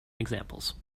examples